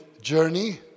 journey